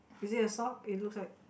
is it a sock it looks like